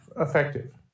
effective